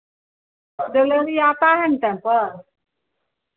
delivery आता है ना टाइम पर